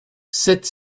sept